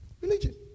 Religion